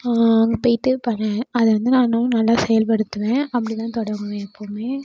அங்கே போயிட்டு இப்போ அதை வந்து நான் இன்னும் நல்லா செயல்படுத்துவேன் அப்படி தான் தொடங்குவேன் எப்போவுமே